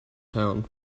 town